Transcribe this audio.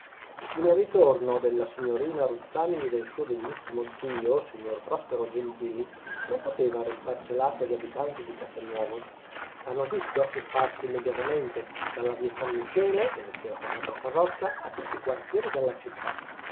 il ritorno della signorina ruzzani e del suo degnissimo zio signor prospero gentili non poteva restar celato agli abitanti di castelnuovo la notizia si sparse immediatamente dalla via san michele dove si era fermata la carrozza a tutti i quartieri della città